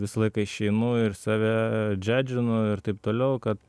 visą laiką išeinu ir save džedžinu ir taip toliau kad